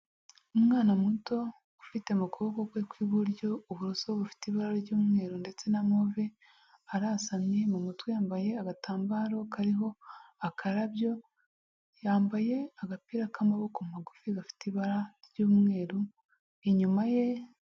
Umwana muto ufite mu kuboko kwe kw'iburyo uburoso bufite ibara ry'umweru ndetse na move, arasamye mu mutwe yambaye agatambaro kariho akarabyo. Yambaye agapira k'amaboko magufi gafite ibara ry'umweru, inyuma ye.